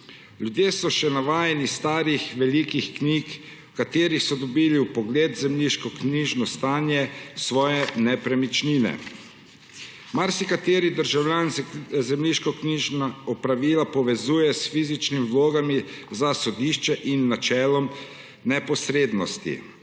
Ljudje so še navajeni starih velikih knjig, v katerih so dobili vpogled v zemljiškoknjižno stanje svoje nepremičnine. Marsikateri državljan zemljiškoknjižna opravila povezuje s fizičnimi vlogami za sodišče in načelom neposrednosti.